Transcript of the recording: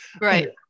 right